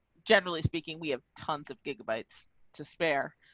generally speaking, we have tons of gigabytes to spare.